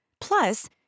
Plus